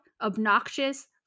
obnoxious